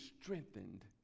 strengthened